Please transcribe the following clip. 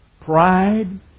Pride